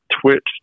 twitch